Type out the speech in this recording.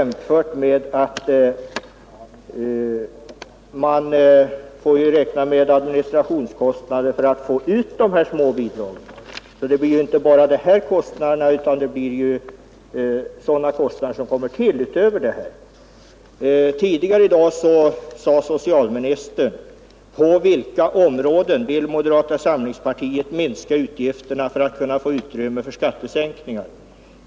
Man får ju räkna med att det till dessa kostnader kommer administrationskostnader för att få ut de här små bidragen. Tidigare i dag frågade socialministern: På vilka områden vill moderata samlingspartiet minska utgifterna för att kunna få utrymme för skattesänkningar?